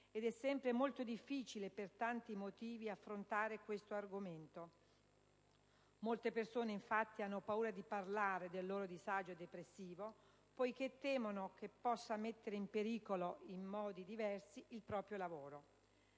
ed è sempre molto difficile per tanti motivi affrontare questo argomento. Molte persone, infatti, hanno paura di parlare del loro disagio depressivo poiché temono che possa mettere in pericolo, in modi diversi, il proprio lavoro.